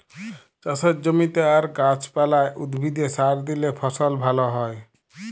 চাষের জমিতে আর গাহাচ পালা, উদ্ভিদে সার দিইলে ফসল ভাল হ্যয়